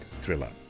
thriller